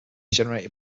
generated